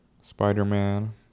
Spider-Man